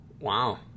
Wow